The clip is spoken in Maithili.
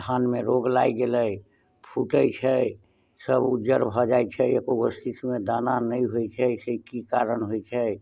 धानमे रोग लागि गेलै फुटै छै सब उज्जर भऽ जाइ छै एगो सीसमे दाना नहि होइ छै से ई की कारण होइ छै